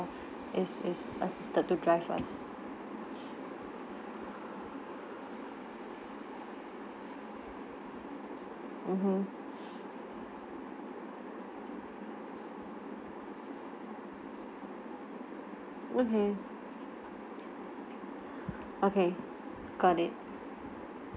is uh is is assisted to drive us mmhmm mmhmm okay got it